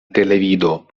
televido